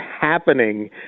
happening